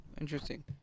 Interesting